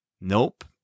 Nope